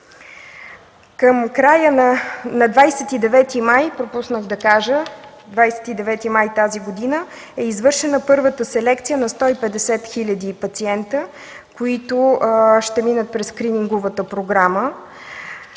кажа, че на 29 май тази година е извършена първата селекция на 150 хиляди пациенти, които ще минат през скрининговата програма.